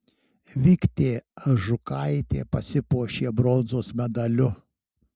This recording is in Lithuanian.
viktė ažukaitė pasipuošė bronzos medaliu